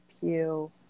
pew